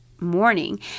morning